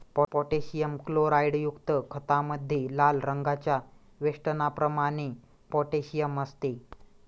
potassium क्लोराईडयुक्त खतामध्ये लाल रंगाच्या वेष्टनाप्रमाणे पोटॅशियम असते